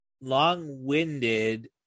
long-winded